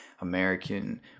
American